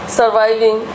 surviving